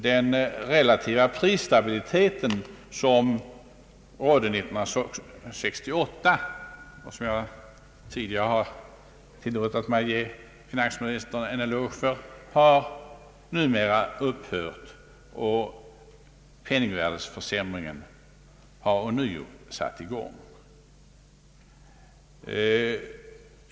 Den relativa prisstabilitet som rådde 1968, och som jag tidigare har tillåtit mig att ge finansministern en eloge för, har numera upphört, och penningvärdeförsämringen har ånyo satt i gång.